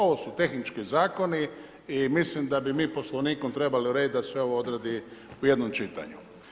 Ovo su tehnički zakoni i mislim da bi mi Poslovnikom trebali uredit da se ovo odradi u jednom čitanju.